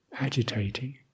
agitating